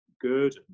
good